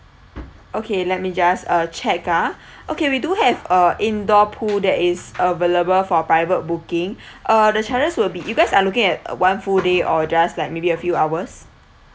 okay let me just uh check ah okay we do have a indoor pool that is available for private booking uh the charges will be you guys are looking at a one full day or just like maybe a few hours